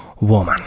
woman